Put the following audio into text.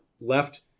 left